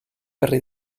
berri